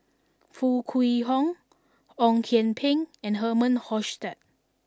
Foo Kwee Horng Ong Kian Peng and Herman Hochstadt